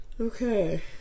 Okay